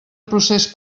procés